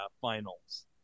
finals